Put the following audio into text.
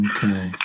Okay